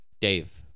Dave